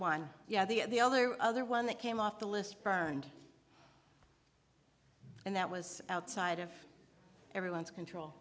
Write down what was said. one yeah the the other other one that came off the list burned and that was outside of everyone's control